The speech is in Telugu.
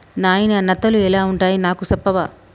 నాయిన నత్తలు ఎలా వుంటాయి నాకు సెప్పవా